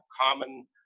common